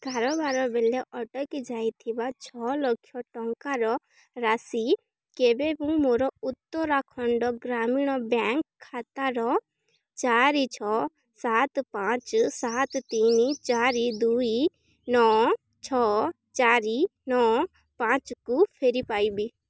କାରବାର ବେଳେ ଅଟକି ଯାଇଥିବା ଛଅଲକ୍ଷ ଟଙ୍କାର ରାଶି କେବେ ମୁଁ ମୋର ଉତ୍ତରାଖଣ୍ଡ ଗ୍ରାମୀଣ ବ୍ୟାଙ୍କ ଖାତାର ଚାରି ଛଅ ସାତ ପାଞ୍ଚ ସାତ ତିନି ଚାରି ଦୁଇ ନଅ ଛଅ ଚାରି ନଅ ପାଞ୍ଚକୁ ଫେରିପାଇବି